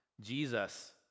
Jesus